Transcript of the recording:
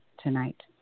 tonight